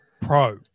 pro